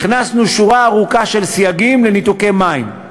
הכנסנו שורה ארוכה של סייגים לניתוקי מים: